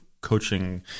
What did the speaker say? coaching